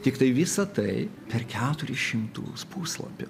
tiktai visa tai per keturis šimtus puslapių